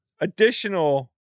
Additional